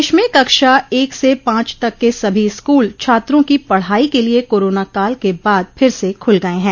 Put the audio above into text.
प्रदेश में कक्षा एक से पांच तक के सभी स्कूल छात्रों की पढ़ाई के लिये कोरोना काल के बाद फिर से खुल गये हैं